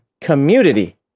community